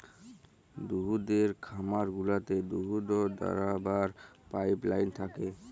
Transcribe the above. দুহুদের খামার গুলাতে দুহুদ দহাবার পাইপলাইল থ্যাকে